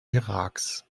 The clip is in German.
iraks